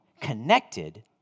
connected